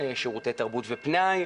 ושירותי תרבות ופנאי.